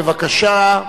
בבקשה.